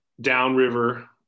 downriver